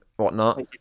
whatnot